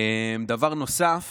דבר נוסף